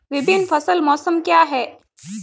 विभिन्न फसल मौसम क्या हैं?